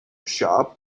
shop